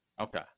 Okay